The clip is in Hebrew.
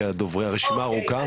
כי הרשימה ארוכה,